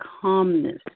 calmness